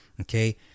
okay